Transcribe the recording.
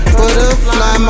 Butterfly